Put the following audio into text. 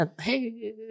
Hey